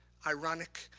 ironic,